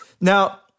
Now